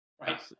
Right